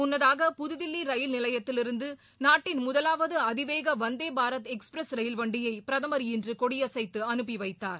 முன்னதாக புதுதில்லி ரயில் நிலையத்திலிருந்து நாட்டின் முதலாவது அதிவேக வந்தே பாரத் எக்ஸ்பிரஸ் ரயில் வண்டியை பிரதமர் இன்று கொடியசைத்து அனுப்பிவைத்தார்